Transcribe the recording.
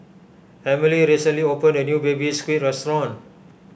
Emelie recently opened a new Baby Squid restaurant